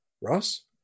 Ross